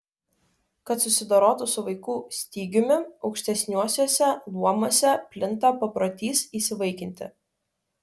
kad susidorotų su vaikų stygiumi aukštesniuosiuose luomuose plinta paprotys įsivaikinti